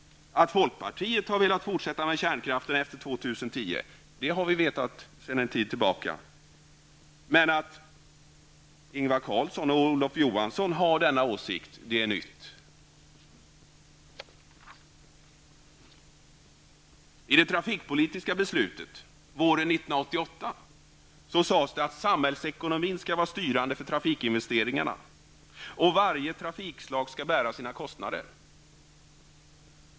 Att folkpartiet har velat fortsätta med kärnkraften efter år 2010 har vi vetat sedan en tid tillbaka. Men att Ingvar Carlsson och Olof Johansson har denna åsikt är någonting nytt. I det trafikpolitiska beslutet våren 1988 sades det att samhällsekonomin skall vara styrande för trafikinvesteringarna och att varje trafikslag skall bära sina kostnader.